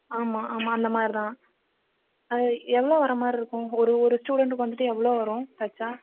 ஆமாம் ஆமாம் அந்த மாதிரி தான் எவ்வளோ வர மாதிரி இருக்கும் ஒரு ஒரு ஸ்டூடண்ட்டுக்கு வந்துட்டு எவ்வளோ வரும் தைச்சா